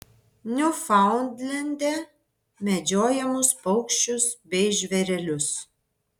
niufaundlende medžiojamus paukščius bei žvėrelius